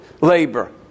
labor